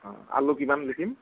অঁ আলু কিমান লিখিম